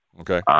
Okay